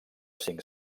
cinc